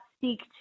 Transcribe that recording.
seek